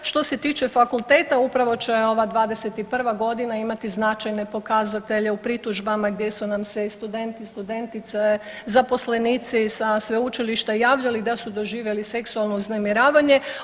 Što se tiče fakulteta upravo će ova 21 godina imati značajne pokazatelje u pritužbama gdje su nam se i studenti i studentice, zaposlenici sa sveučilišta javljali da su doživjeli seksualno uznemiravanje.